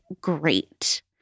great